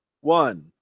one